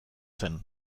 zen